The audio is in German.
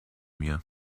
mir